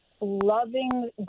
loving